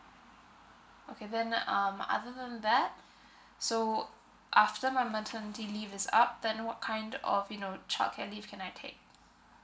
okay then um other than that so after my maternity leave is up then what kind of you know childcare leave can I take